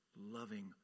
loving